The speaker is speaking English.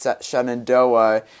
Shenandoah